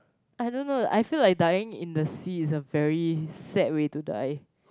I don't know I feel like dying in the sea is a very sad way to die